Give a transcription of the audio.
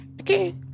okay